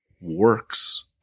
works